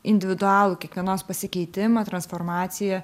individualų kiekvienos pasikeitimą transformaciją